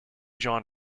john